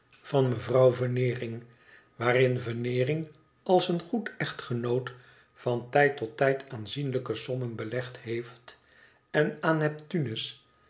van mevrouw veneering waarin veneering als een goed echtgenoot van tijd tot tijd aanzienlijke sommen belegd heeft en aan neptunus